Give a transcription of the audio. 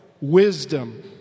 Wisdom